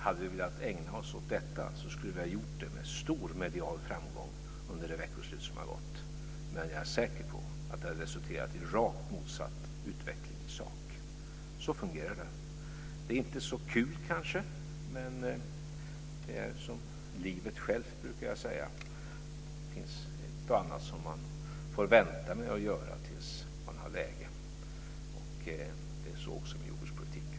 Hade vi velat ägna oss åt detta skulle vi ha gjort det med stor medial framgång under det veckoslut som har gått. Men jag är säker på att det hade resulterat i rakt motsatt utveckling i sak. Så fungerar det. Det är inte så kul, kanske. Men det är som livet självt, brukar jag säga, det finns ett och annat som man får vänta med att göra tills man har läge. Det är så också med jordbrukspolitiken.